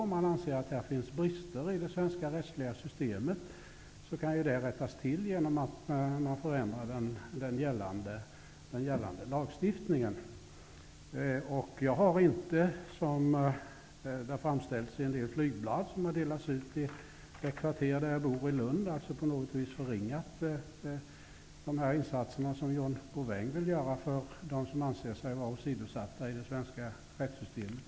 Om han anser att det finns brister i det svenska rättsliga systemet, kan ju det rättas till genom att man förändrar den gällande lagstiftningen. Jag har inte, som det framställs i en del flygblad som har delats ut i de kvarter där jag bor i Lund, på något vis förringat de insatser som John Bouvin vill göra för dem som anser sig vara åsidosatta i det svenska rättssystemet.